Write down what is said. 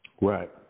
Right